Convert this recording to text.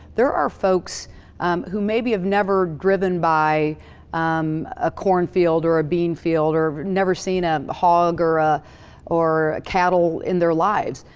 there are folks who maybe have never driven by um a corn field, or a bean field, or never seen a hog, or ah or cattle in their lives.